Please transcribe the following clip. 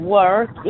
work